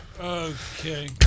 okay